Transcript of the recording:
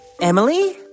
Emily